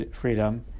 freedom